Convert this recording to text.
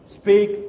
speak